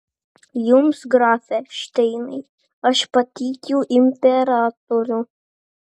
jums grafe šteinai aš patikiu imperatorių